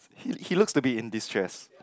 he looks to be in distress